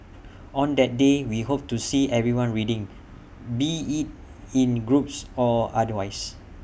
on that day we hope to see everyone reading be IT in groups or otherwise